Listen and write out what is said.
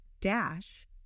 dash